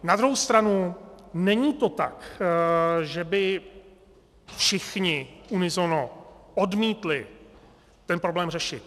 Na druhou stranu to není tak, že by všichni unisono odmítli ten problém řešit.